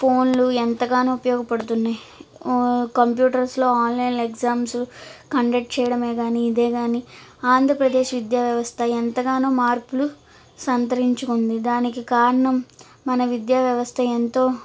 ఫోన్లు ఎంతగానో ఉపయోగపడుతున్నాయి కంప్యూటర్స్లో ఆన్లైన్ ఎగ్జామ్స్ కండక్ట్ చేయడం కానీ ఇదే కానీ ఆంధ్రప్రదేశ్ విద్యా వ్యవస్థ ఎంతగానో మార్పులు సంతరించుకుంది దాని కారణం మన విద్యా వ్యవస్థ ఎంతో